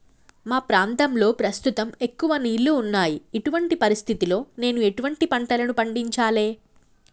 మా ప్రాంతంలో ప్రస్తుతం ఎక్కువ నీళ్లు ఉన్నాయి, ఇటువంటి పరిస్థితిలో నేను ఎటువంటి పంటలను పండించాలే?